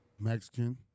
Mexican